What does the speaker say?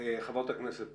חברת הכנסת